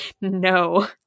no